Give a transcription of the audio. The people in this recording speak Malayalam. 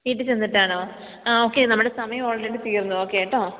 വീട്ടിൽ ചെന്നിട്ടാണോ ആ ഓക്കെ നമ്മുടെ സമയം ഓള്റെഡി തീര്ന്നു ഓക്കെ കേട്ടോ